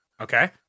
Okay